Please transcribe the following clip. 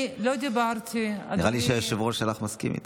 נראה לי שהיושב-ראש שלך מסכים איתך.